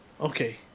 okay